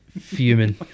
fuming